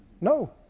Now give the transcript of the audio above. No